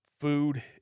food